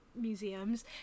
museums